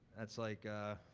that's like.